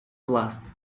глаз